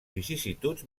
vicissituds